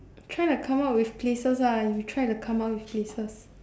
try to come up with places lah you try to come up with places